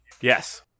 Yes